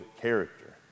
character